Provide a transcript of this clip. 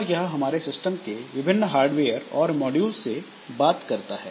और यह हमारे सिस्टम के विभिन्न हार्डवेयर और मॉड्यूल से बात करता है